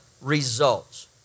results